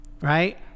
right